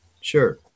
Sure